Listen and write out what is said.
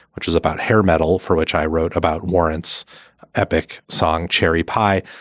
which is about hair metal, for which i wrote about warrant's epic song, cherry pie.